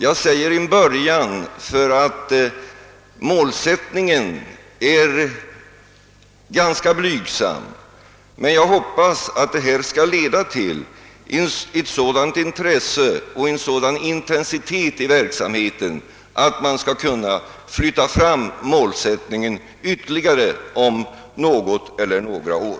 Jag säger »en början», därför att målsättningen är ganska blygsam, men jag hoppas att detta skall leda till ett sådant intresse och en sådan intensitet i verksamheten, att man skall kunna flytta fram målsättningen ytterligare om något eller några år.